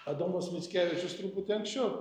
adomas mickevičius truputį anksčiau